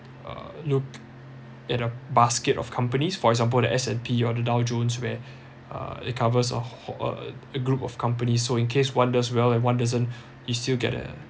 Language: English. uh look at a basket of companies for example the S_&_P or the dow jones where uh it covers a a group of companies so in case one does well and one doesn't you still get